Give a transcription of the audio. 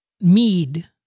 Mead